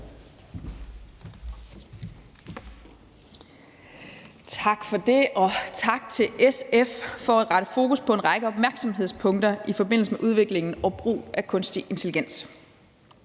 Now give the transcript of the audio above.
Tak for det, og tak til SF for at sætte fokus på en række opmærksomhedspunkter i forbindelse med udvikling og brug af kunstig intelligens.